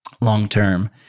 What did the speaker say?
long-term